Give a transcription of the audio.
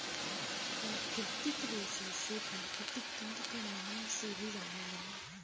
प्राकृतिक रेशा के प्राकृतिक तंतु के नाम से भी जानल जाला